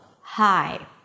Hi